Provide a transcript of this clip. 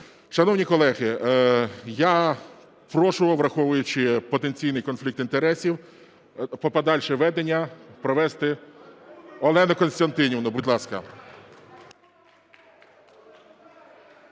Шановні колеги, я прошу, враховуючи потенційний конфлікт інтересів, подальше ведення провести Олену Костянтинівну. Будь ласка.